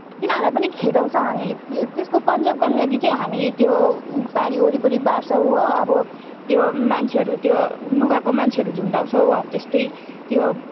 तिनीहरूलाई पनि खेदाउँछ हामी त्य त्यसको कन्जर्भ गर्न लागि हामी त्यो बारी वरिपरि बार्छौँ हो अब त्यो मान्छेहरू त्यो लुगाको मान्छेहरू झुन्डाउँछौँ अब त्यस्तै त्यो